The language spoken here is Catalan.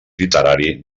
literari